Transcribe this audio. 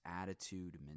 attitude